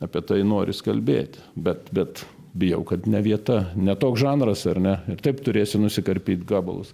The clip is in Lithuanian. apie tai noris kalbėti bet bet bijau kad ne vieta ne toks žanras ar ne taip turėsi nusikarpyti gabalus